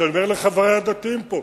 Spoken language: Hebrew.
שאני אומר לחברי הדתיים פה,